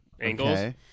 angles